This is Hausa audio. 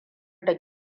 da